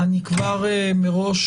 אני כבר מראש